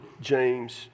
James